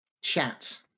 chat